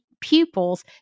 pupils